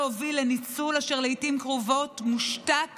להוביל לניצול אשר לעתים קרובות מושתק